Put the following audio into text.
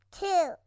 two